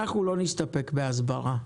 אנחנו לא נסתפק בהסברה.